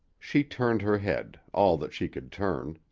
she turned her head, all that she could turn.